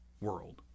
world